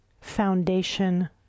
foundation